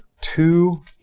two